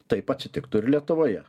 taip atsitiktų ir lietuvoje